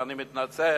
ואני מתנצל,